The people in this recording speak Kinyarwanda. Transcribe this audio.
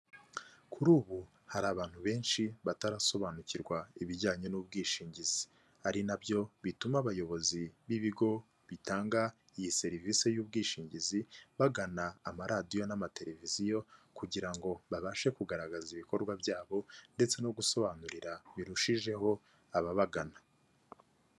Kuri ubu hari abantu benshi batarasobanukirwa ibijyanye n'ubwishingizi ari na byo bituma abayobozi b'ibigo bitanga iyi serivise y'ubwishingizi bagana amaradiyo n'amateleviziyo kugira ngo babashe kugaragaza ibikorwa byabo ndetse no gusobanurira birushijeho ababagana.